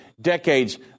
decades